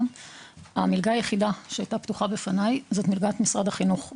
המלגה היחידה שהייתה פתוחה בפניי זו מלגת משרד החינוך.